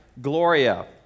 Gloria